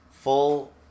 full